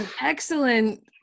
excellent